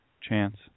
chance